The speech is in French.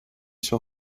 sur